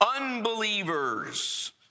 unbelievers